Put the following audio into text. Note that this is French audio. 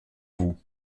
vous